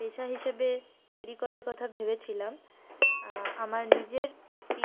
পেশা হিসেবে তৈরি করার কথা ভেবেছিলাম আমার নিজের একটি